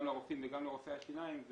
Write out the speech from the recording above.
גם לרופאים וגם לרופאי השיניים,